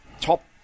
top